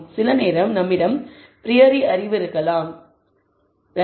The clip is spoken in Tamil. சில நேரம் நம்மிடம் ப்ரியோரி அறிவு இருக்கலாம் Refer Time 1335